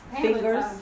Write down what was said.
fingers